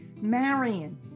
Marion